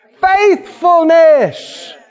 Faithfulness